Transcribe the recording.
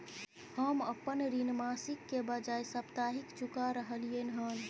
हम अपन ऋण मासिक के बजाय साप्ताहिक चुका रहलियै हन